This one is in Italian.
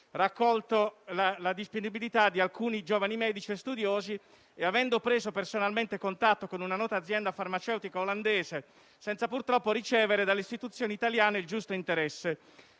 raccolto la disponibilità di alcuni giovani medici e studiosi, avendo preso personalmente contatto con una nota azienda farmaceutica olandese, senza purtroppo ricevere dalle istituzioni italiane il giusto interesse.